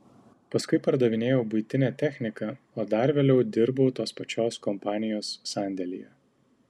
paskui pardavinėjau buitinę techniką o dar vėliau dirbau tos pačios kompanijos sandėlyje